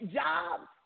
jobs